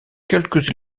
quelques